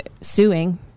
suing